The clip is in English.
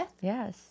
Yes